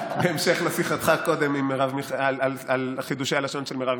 בהמשך לשיחתך קודם על חידושי הלשון של מרב מיכאלי.